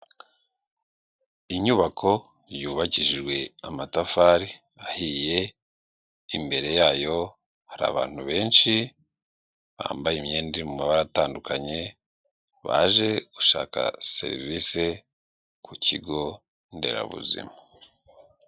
Inyubako yubakishijwe amatafari ahiye, imbere yayo hari abantu benshi, bambaye imyenda iri mu mabara atandukanye, baje gushaka serivisi ku kigonderabuzima.